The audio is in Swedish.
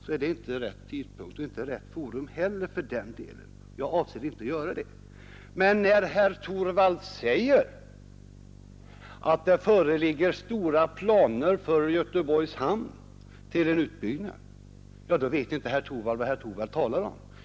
så vill jag säga att det är inte rätt tidpunkt att göra det nu — och inte rätt forum heller för den delen. Därför avser jag inte att göra det. Men när herr Torwald säger att det föreligger planer på en stor utbyggnad av Göteborgs hamn vet han inte vad han talar om.